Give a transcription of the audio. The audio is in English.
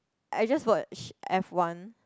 I just watch F one